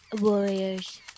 warriors